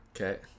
Okay